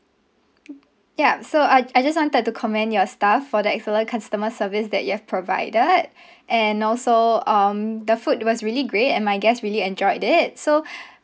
yup so I I just wanted to commend your staff for the excellent customer service that you have provided and also um the food was really great and my guests really enjoyed it so